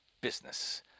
business